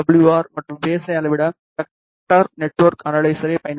R மற்றும் பேஸை அளவிட வெக்டர் நெட்வொர்க் அனலைசரை பயன்படுத்துவோம்